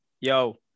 yo